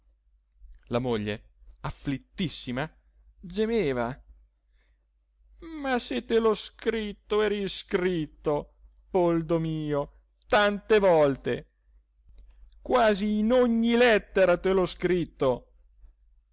la moglie afflittissima gemeva ma se te l'ho scritto e riscritto poldo mio tante volte quasi in ogni lettera te l'ho scritto